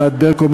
ענת ברקו,